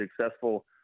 successful